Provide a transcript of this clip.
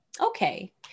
Okay